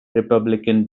republican